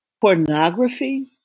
pornography